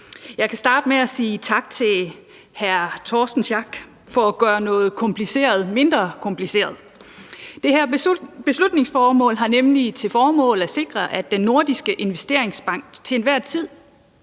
Jeg kan starte med at sige tak til hr. Torsten Schack Pedersen for at gøre noget kompliceret mindre kompliceret. Det her beslutningsforslag har nemlig til formål at sikre, at Den Nordiske Investeringsbank til enhver tid